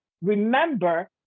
Remember